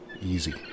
easy